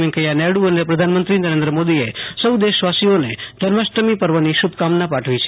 વૈકેયા નાયડુ અને પ્રધાનમંત્રી નરેન્દ્ર મોદીએ સૌ દેશ વાસીઓને જન્માષ્ટમીની શુભકામના પાઠવી છે